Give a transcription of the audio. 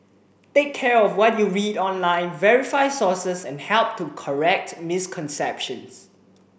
take care of what you read online verify sources and help to correct misconceptions